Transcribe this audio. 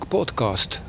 Podcast